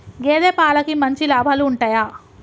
గేదే పాలకి మంచి లాభాలు ఉంటయా?